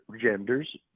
genders